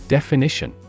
Definition